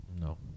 No